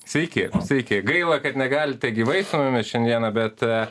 sveiki sveiki gaila kad negalite gyvai su mumis šiandieną bet